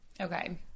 okay